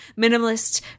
Minimalist